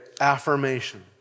affirmation